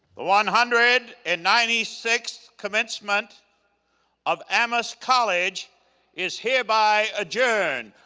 the one hundred and ninety sixth commencement of amherst college is hereby adjourned.